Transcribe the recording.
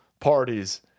parties